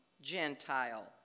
Gentile